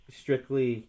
strictly